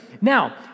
Now